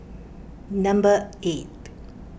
number eight